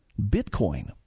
Bitcoin